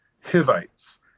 Hivites